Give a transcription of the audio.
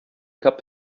cup